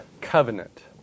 covenant